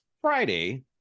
Friday